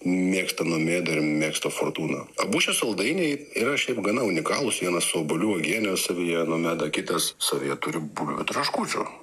mėgsta nomeda ir mėgsta fortūną abu šie saldainiai yra šiaip gana unikalūs vienas su obuolių uogiene savyje nomeda kitas savyje turi bulvių traškučių